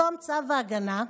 בתום צו ההגנה,